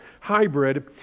hybrid